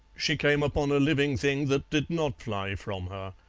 she came upon a living thing that did not fly from her.